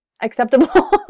acceptable